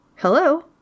Hello